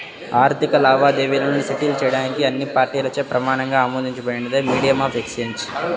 ఆర్థిక లావాదేవీలను సెటిల్ చేయడానికి అన్ని పార్టీలచే ప్రమాణంగా ఆమోదించబడినదే మీడియం ఆఫ్ ఎక్సేంజ్